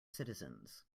citizens